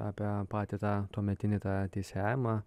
apie patį tą tuometinį tą teisėjavimą